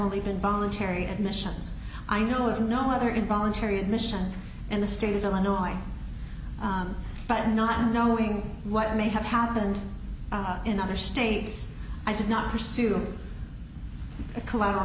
only been voluntary admissions i know is no other involuntary admission and the state of illinois but not knowing what may have happened in other states i did not pursue collateral